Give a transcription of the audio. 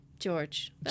George